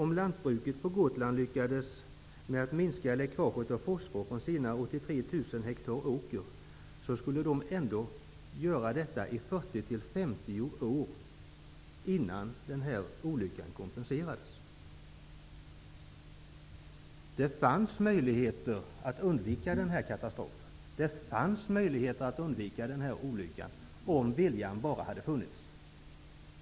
Om lantbruket på Gotland lyckas minska läckaget av fosfor från sina 83 000 hektar åker, skulle det ändå ta 40--50 år innan olyckan kompenseras. Det fanns möjligheter att undvika denna katastrof. Det fanns möjligheter att undvika olyckan om viljan bara hade funnits.